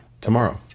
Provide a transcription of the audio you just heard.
Tomorrow